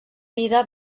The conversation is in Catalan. vida